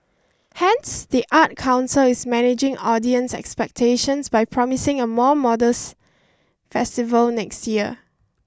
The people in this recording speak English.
hence the arts council is managing audience expectations by promising a more modest festival next year